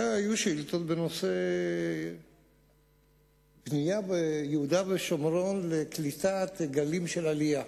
היו שאילתות בנושא בנייה ביהודה ושומרון לקליטת גלים של עלייה.